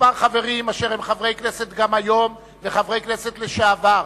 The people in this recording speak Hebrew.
מספר חברים אשר הם חברי כנסת גם היום וחברי כנסת לשעבר,